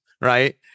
right